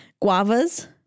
Guavas